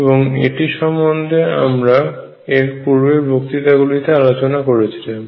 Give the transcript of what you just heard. এবং এটি সম্বন্ধে আমরা এর পূর্বের বক্তৃতা গুলিতে আলোচনা করেছিলাম